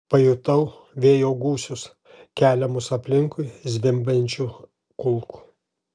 pajutau vėjo gūsius keliamus aplinkui zvimbiančių kulkų